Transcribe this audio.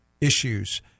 issues